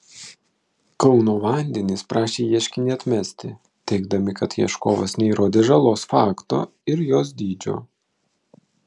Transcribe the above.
kauno vandenys prašė ieškinį atmesti teigdami kad ieškovas neįrodė žalos fakto ir jos dydžio